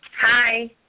Hi